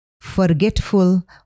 forgetful